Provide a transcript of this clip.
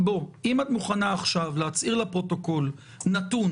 אם את מוכנה עכשיו להצהיר לפרוטוקול נתון